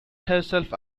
herself